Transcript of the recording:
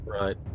Right